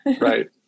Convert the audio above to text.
right